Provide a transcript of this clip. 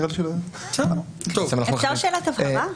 אפשר שאלת הבהרה?